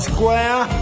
Square